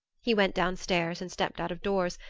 he went down stairs and stepped out of doors,